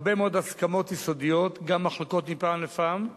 הרבה מאוד הסכמות יסודיות, גם מחלוקות מפעם לפעם.